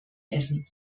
essen